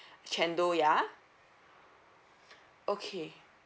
chendol ya okay